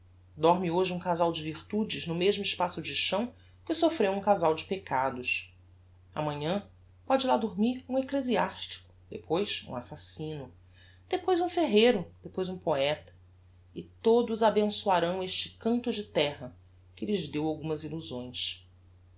dorme hoje um casal de virtudes no mesmo espaço de chão que soffreu um casal de peccados amanhã pode lá dormir um ecclesiastico depois um assassino depois um ferreiro depois um poeta e todos abençoarão esse canto de terra que lhes deu algumas illusões